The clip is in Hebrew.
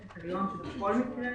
זה קריטריון שבכל מקרה,